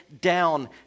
down